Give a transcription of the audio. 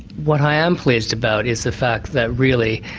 what i am pleased about is the fact that really,